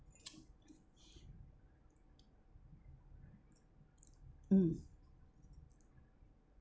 mm